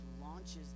launches